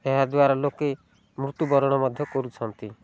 ଏହାଦ୍ଵାରା ଲୋକେ ମୃତ୍ୟୁବରଣ ମଧ୍ୟ କରୁଛନ୍ତି